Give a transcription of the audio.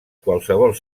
qualsevol